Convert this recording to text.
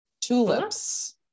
Tulips